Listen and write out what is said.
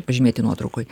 pažymėti nuotraukoj